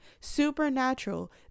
supernatural